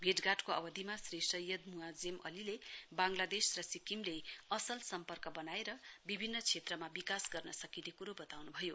भेटघा को अवधिमा श्री शैयद मुआज्जेम अलीले बांगलादेश र सिक्किमले असल सम्पर्क बनाएर विभिन्न क्षेत्रमा विकास गर्न सकिने क्रो बताउन्भयो